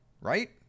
right